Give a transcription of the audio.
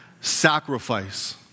sacrifice